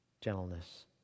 gentleness